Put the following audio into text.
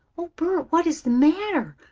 oh, bert, what is the matter?